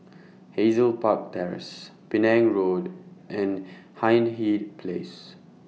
Hazel Park Terrace Penang Road and Hindhede Place